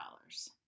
dollars